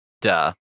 Duh